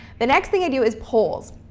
the next thing i do is polls.